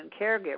caregivers